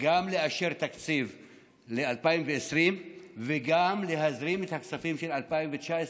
גם לאשר תקציב ל-2020 וגם להזרים את הכספים של 2019,